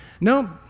No